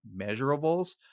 measurables